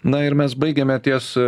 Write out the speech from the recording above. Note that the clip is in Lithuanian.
na ir mes baigiame ties